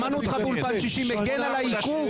שמענו אותך באולפן שישי מגן על העיכוב.